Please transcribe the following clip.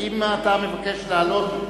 האם אתה מבקש לעלות?